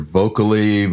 vocally